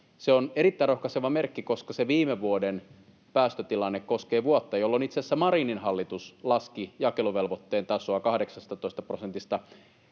Se on erittäin rohkaiseva merkki, koska se viime vuoden päästötilanne koskee vuotta, jolloin itse asiassa Marinin hallitus laski jakeluvelvoitteen tasoa 18 prosentista